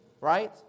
right